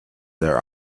their